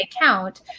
account